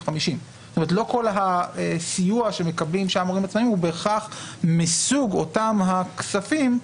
50. לא כל הסיוע שמקבלים הורים עצמאיים הוא בהכרח מסוג אותם הכספים,